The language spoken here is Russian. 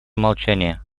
молчания